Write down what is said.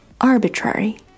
arbitrary